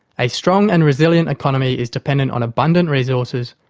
a strong and resilient economy is dependent on abundant resources,